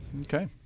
Okay